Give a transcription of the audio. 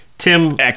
Tim